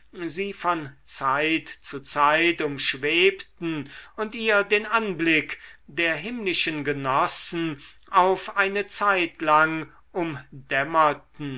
sie von zeit zu zeit umschwebten und ihr den anblick der himmlischen genossen auf eine zeitlang umdämmerten